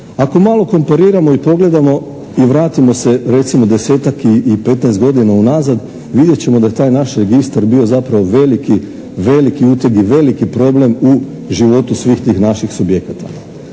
Ako malo kompariramo i pogledamo i vratimo se recimo desetak i 15 godina unazad, vidjet ćemo da je taj naš registar bio zapravo veliki uteg i veliki problem u životu svih tih naših subjekata.